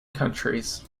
countries